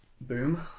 Boom